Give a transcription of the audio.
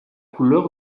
couleur